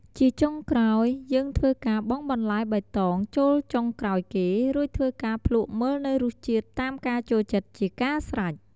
ជាចុងក្រោយ យើងធ្វើការបង់បន្លែបៃតងចូលចុងក្រោយគេ រួចធ្វើការភ្លក់មើលនៅរសជាតិតាមការចូលចិត្តជាការស្រេច។